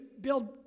build